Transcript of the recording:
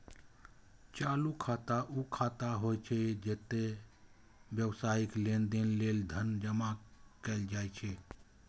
चालू खाता ऊ खाता होइ छै, जतय व्यावसायिक लेनदेन लेल धन जमा कैल जाइ छै